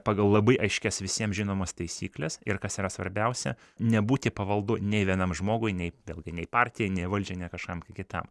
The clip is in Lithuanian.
pagal labai aiškias visiems žinomas taisykles ir kas yra svarbiausia nebūti pavaldu nei vienam žmogui nei ilgainiai partijai nei valdžiai nei kažkam kitam